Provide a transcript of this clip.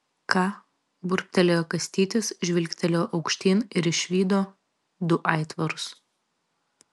ką burbtelėjo kastytis žvilgtelėjo aukštyn ir išvydo du aitvarus